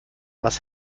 was